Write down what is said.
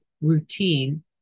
routine